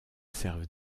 servent